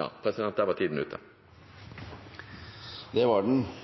Der var tiden ute. Det var den. Det var